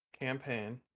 campaign